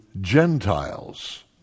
Gentiles